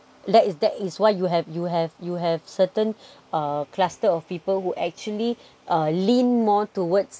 that is that is why you have you have you have certain uh cluster of people who actually a lean more towards